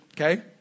Okay